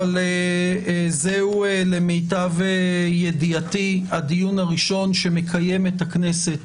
אבל למיטב ידיעתי זהו הדיון הראשון שמקיימת הכנסת